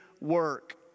work